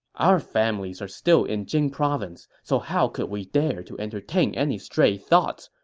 our families are still in jing province, so how could we dare to entertain any stray thoughts?